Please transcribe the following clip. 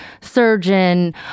surgeon